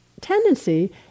tendency